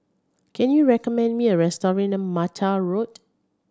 can you recommend me a restaurant near Mattar Road